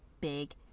big